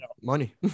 Money